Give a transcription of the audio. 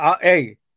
Hey